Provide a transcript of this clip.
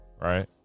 Right